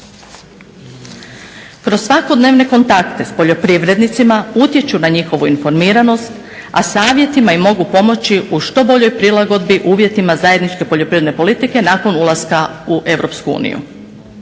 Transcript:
Kroz svakodnevne kontakte s poljoprivrednicima utječu na njihovu informiranost, a savjetima im mogu pomoći u što boljoj prilagodbi uvjetima zajedničke poljoprivredne politike nakon ulaska u EU.